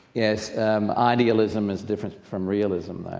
yes um idealism is different from realism,